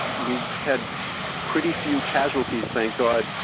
we had pretty few casualties, thank god,